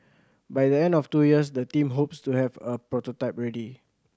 by the end of two years the team hopes to have a prototype ready